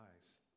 eyes